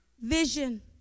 vision